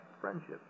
friendship